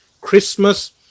Christmas